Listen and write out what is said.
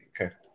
okay